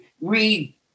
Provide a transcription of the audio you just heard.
read